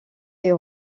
est